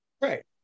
Right